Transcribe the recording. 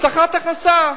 הבטחת הכנסה.